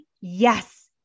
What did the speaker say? yes